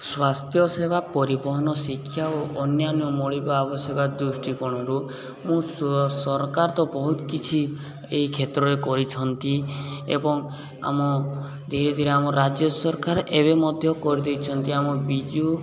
ସ୍ୱାସ୍ଥ୍ୟ ସେବା ପରିବହନ ଶିକ୍ଷା ଓ ଅନ୍ୟାନ୍ୟ ମୌଳିକ ଆବଶ୍ୟକତା ଦୃଷ୍ଟିିକୋଣରୁ ମୁଁ ସରକାର ତ ବହୁତ କିଛି ଏ କ୍ଷେତ୍ରରେ କରିଛନ୍ତି ଏବଂ ଆମ ଧୀରେ ଧୀରେ ଆମ ରାଜ୍ୟ ସରକାର ଏବେ ମଧ୍ୟ କରିଦେଇଛନ୍ତି ଆମ ବିଜୁ